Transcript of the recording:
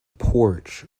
porch